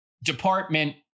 department